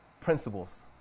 principles